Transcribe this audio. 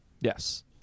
Yes